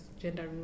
gender